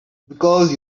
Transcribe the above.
because